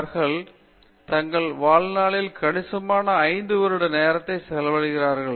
அவர்கள் தங்கள் வாழ்நாளில் கணிசமான 5 வருட நேரத்தை செலவிடுகிறார்கள்